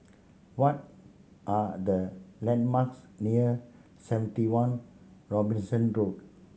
what are the landmarks near Seventy One Robinson Road